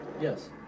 Yes